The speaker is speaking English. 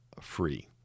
free